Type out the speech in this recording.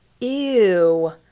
Ew